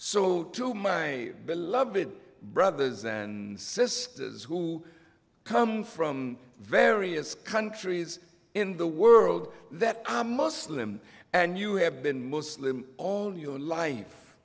so to my beloved brothers and sisters who come from various countries in the world that i must lim and you have been muslim all your life